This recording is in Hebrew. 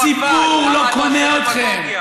הציבור לא קונה אתכם.